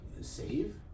Save